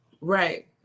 right